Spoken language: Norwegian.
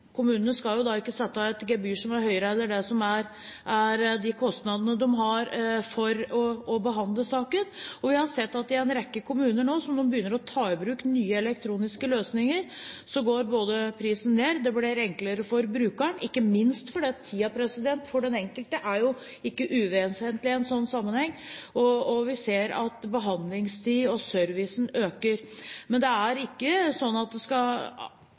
kostnadene de har for å behandle saken. Vi har sett i en rekke kommuner som nå begynner å ta i bruk nye elektroniske løsninger, at da går prisen ned, og det blir enklere for brukeren. Ikke minst er behandlingstiden for den enkelte ikke uvesentlig i en sånn sammenheng, og vi ser at servicen øker. Men dersom kunden tar en vesentlig del av jobben, bør det også gjenspeiles i de gebyrene som betales for de enkelte tjenestene. Replikkordskiftet er